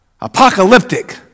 apocalyptic